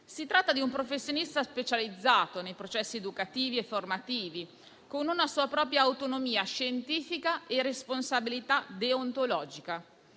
Si tratta di un professionista specializzato nei processi educativi e formativi, con una sua propria autonomia scientifica e responsabilità deontologica.